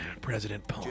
President